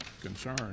concern